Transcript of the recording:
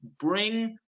bring